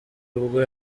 ubwo